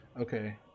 Okay